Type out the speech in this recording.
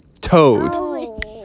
Toad